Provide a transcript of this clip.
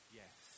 yes